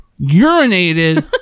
urinated